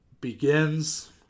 begins